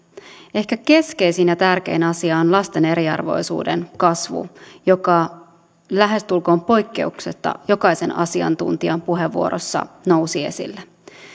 ehkä keskeisin ja tärkein asia on lasten eriarvoisuuden kasvu joka lähestulkoon poikkeuksetta jokaisen asiantuntijan puheenvuorossa nousi esille